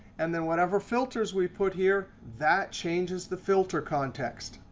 and then whatever filters we put here, that changes the filter context.